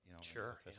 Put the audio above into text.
sure